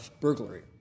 burglary